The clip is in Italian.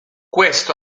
questo